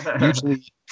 usually